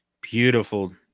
Beautiful